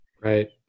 Right